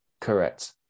Correct